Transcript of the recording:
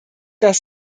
das